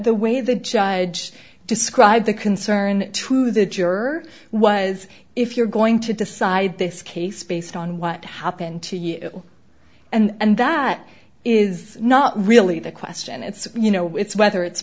the way the judge described the concern to the juror was if you're going to decide this case based on what happened to you and that is not really the question it's you know it's whether it's